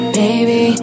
baby